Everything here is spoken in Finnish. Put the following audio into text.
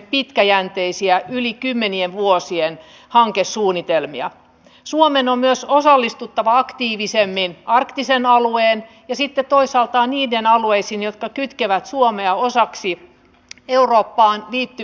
nyt pitää meidän ministereidemme vaikuttaa direktiivin muokkautumiseen niin että direktiiviin tehtäisiin kaikkia jäsenvaltioita koskeva yleinen poikkeus maanpuolustustarkoituksessa tai vaihtoehtoisesti niin että kielto poistettaisiin